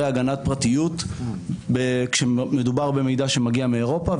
הגנת פרטיות כשמדובר במידע שמגיע מאירופה,